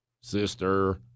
Sister